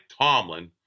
Tomlin